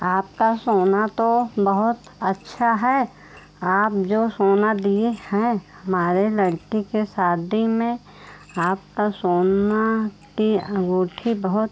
आपका सोना तो बहुत अच्छा है आप जो सोना दिए हैं हमारी लड़की के शादी में आपके सोने की अंगूठी बहुत